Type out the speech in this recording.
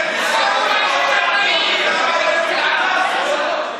אינו נוכח צחי הנגבי, בעד יועז הנדל,